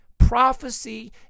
prophecy